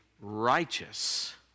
righteous